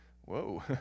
whoa